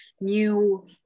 new